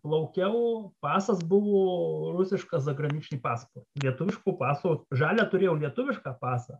plaukiau pasas buvo rusiškas zagraničnyj pasport lietuviško paso žalią turėjau lietuvišką pasą